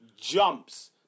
jumps